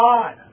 God